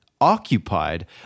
occupied